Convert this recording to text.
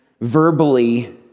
verbally